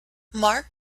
mark